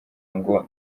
ngo